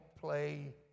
play